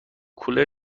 کولر